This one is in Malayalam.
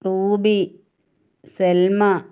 റൂബി സൽമ